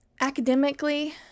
academically